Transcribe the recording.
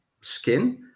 skin